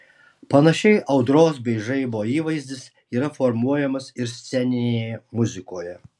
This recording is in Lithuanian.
panašiai audros bei žaibo įvaizdis yra formuojamas ir sceninėje muzikoje